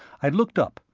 i looked up,